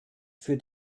für